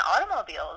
automobiles